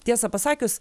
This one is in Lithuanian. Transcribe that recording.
tiesa pasakius